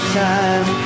time